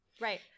Right